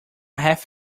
half